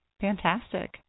Fantastic